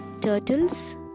turtles